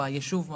או היישוב או